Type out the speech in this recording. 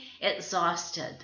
exhausted